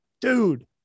dude